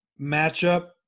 matchup